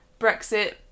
Brexit